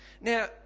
Now